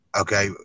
okay